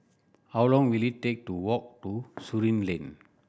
how long will it take to walk to Surin Lane